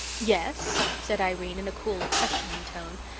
yes? said irene in a cool, questioning tone,